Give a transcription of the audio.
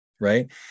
right